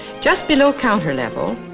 just below counter level,